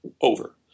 over